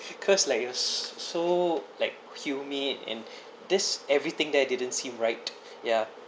because like you're s~ so like humid in this everything there didn't seem right ya